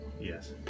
Yes